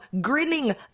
grinning